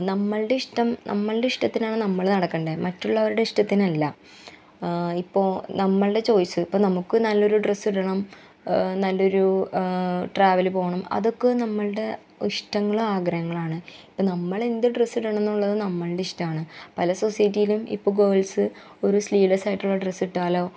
നമ്മളുടെ ഇഷ്ടം നമ്മളുടെ ഇഷ്ടത്തിനാണ് നമ്മൾ നടക്കേണ്ടത് മറ്റുള്ളവരുടെ ഇഷ്ടത്തിനല്ല ഇപ്പോൾ നമ്മളുടെ ചോയ്സ് ഇപ്പം നമുക്ക് നല്ല ഒരു ഡ്രസ്സ് ഇടണം നല്ല ഒരു ട്രാവല് പോകണം അതൊക്കെ നമ്മളുടെ ഇഷ്ടങ്ങളും ആഗ്രഹങ്ങളുമാണ് ഇപ്പം നമ്മൾ എന്ത് ഡ്രസ്സിടണമെന്നുള്ളത് നമ്മളുടെ ഇഷ്ടമാണ് പല സൊസൈറ്റിയിലും ഇപ്പം ഗേൾസ് ഒരു സ്ലീവ്ലെസ്സായിട്ടുള്ള ഡ്രസ്സിട്ടാൽ